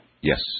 Yes